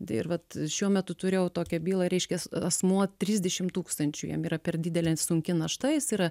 ir vat šiuo metu turėjau tokią bylą reiškias asmuo trisdešim tūkstančių jam yra per didelė sunki našta jis yra